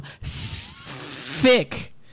Thick